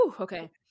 okay